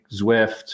Zwift